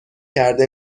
کرده